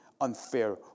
unfair